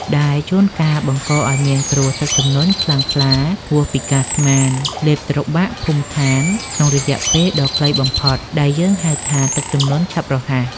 ដែលជួនកាលបង្កឱ្យមានគ្រោះទឹកជំនន់ខ្លាំងក្លាហួសពីការស្មាន លេបត្របាក់ភូមិឋានក្នុងរយៈពេលដ៏ខ្លីបំផុត ដែលយើងហៅថាទឹកជំនន់ឆាប់រហ័ស។